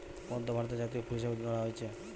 পদ্ম ভারতের জাতীয় ফুল হিসাবে ধরা হইচে